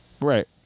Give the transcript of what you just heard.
right